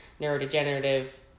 neurodegenerative